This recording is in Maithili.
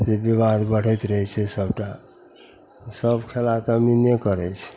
से विवाद बढ़ैत रहै छै सबटा सब खेला तऽ अमीने करै छै